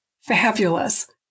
fabulous